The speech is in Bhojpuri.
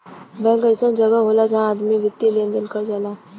बैंक अइसन जगह होला जहां आदमी वित्तीय लेन देन कर जाला